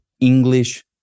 English